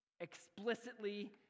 explicitly